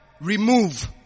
remove